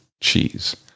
cheese